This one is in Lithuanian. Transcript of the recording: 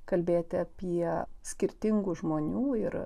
kalbėti apie skirtingų žmonių ir